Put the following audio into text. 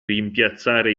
rimpiazzare